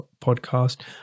podcast